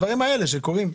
הדברים האלה שקורים.